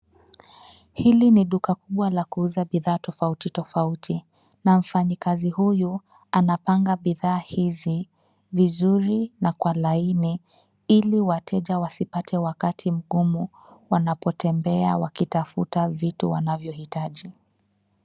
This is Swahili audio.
Hili ni duka kubwa la kuuza bidhaa tifautitofauti na mfanyakazi huyu anapanga bidhaa hizi vizuri na kwa laini, ili wateja wasipate wakati mgumu wanapotembea wakitafuta vitu wanavyohitaji.